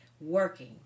working